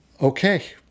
okay